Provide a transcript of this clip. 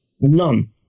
none